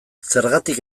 zergatik